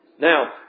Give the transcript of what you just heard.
Now